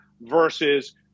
versus